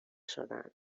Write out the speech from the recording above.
شدم